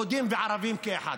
יהודים וערבים כאחד.